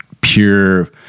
pure